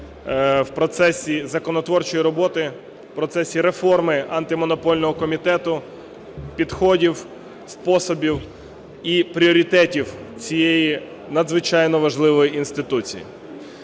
в процесі законотворчої роботи, в процесі реформи Антимонопольного комітету, підходів, способів і пріоритетів цієї надзвичайно важливої інституції.